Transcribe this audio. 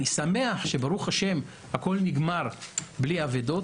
אני שמח שברוך השם הכול נגמר בלי אבדות